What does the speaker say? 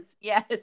yes